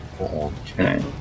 Okay